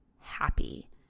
happy